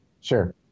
Sure